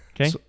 Okay